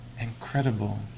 incredible